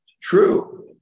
true